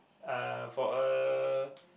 uh for a